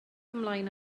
ymlaen